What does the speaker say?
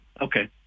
Okay